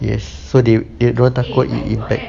yes so they dia orang takut impact